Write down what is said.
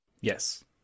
Yes